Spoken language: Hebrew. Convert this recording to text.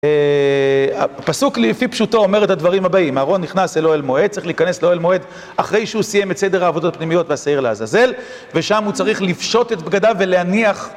הפסוק לפי פשוטו אומר את הדברים הבאים אהרון נכנס אל אוהל מועד, צריך להיכנס אל אוהל מועד אחרי שהוא סיים את סדר העבודות הפנימיות והשעיר לעזאזל ושם הוא צריך לפשוט את בגדיו ולהניח